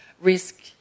risk